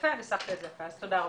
יפה ניסחת את זה אז תודה רבה.